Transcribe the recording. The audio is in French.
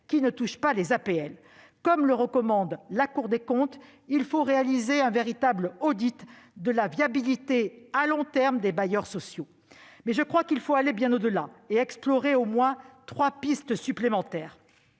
qui ne touchent pas les APL. Comme le recommande la Cour des comptes, il faut réaliser un véritable audit de la viabilité à long terme des bailleurs sociaux. Pour ma part, je pense qu'il faut aller au-delà et explorer au moins trois pistes supplémentaires.